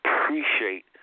appreciate